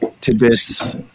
tidbits